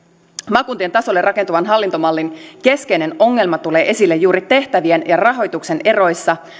maakuntien tasolle rakentuvan hallintomallin keskeinen ongelma tulee esille juuri tehtävien ja rahoituksen eroissa